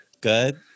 good